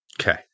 Okay